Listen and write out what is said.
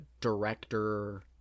director